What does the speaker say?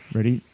Ready